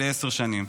לעשר שנים.